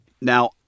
Now